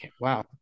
Wow